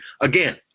Again